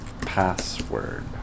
password